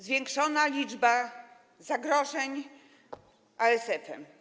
Zwiększona liczba zagrożeń ASF-em.